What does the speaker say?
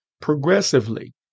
progressively